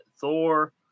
Thor